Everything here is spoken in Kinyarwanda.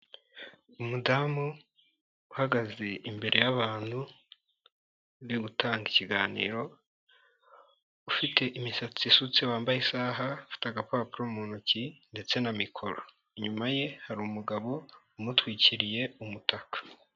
Umudamu uhagaze imbere y'abantu, uri gutanga ikiganiro, ufite imisatsi isutse wambaye isaha afite agapapuro mu ntoki ndetse na mikoro, inyuma ye hari umugabo umutwikiriye umutaka.